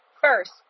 first